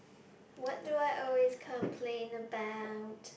what do I always complain about